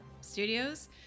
Studios